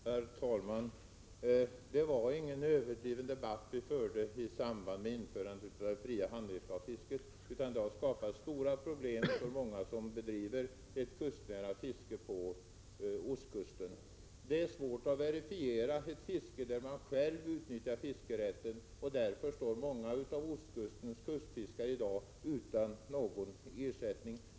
Herr talman! Vi förde ingen överdriven debatt i samband med införandet av det fria handredskapsfisket. Det har uppstått stora problem för många som bedriver ett kustnära fiske på ostkusten. Det är svårt att verifiera ett fiske där man själv utnyttjar fiskerätten. Därför står många av ostkustens fiskare i dag utan någon ersättning.